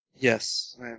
Yes